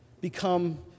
become